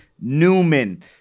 newman